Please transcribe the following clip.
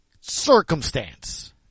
circumstance